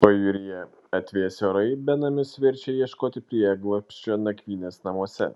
pajūryje atvėsę orai benamius verčia ieškoti prieglobsčio nakvynės namuose